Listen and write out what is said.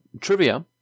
trivia